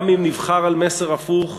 גם אם נבחר על מסר הפוך,